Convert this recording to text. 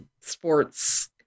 sports